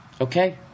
okay